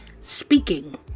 speaking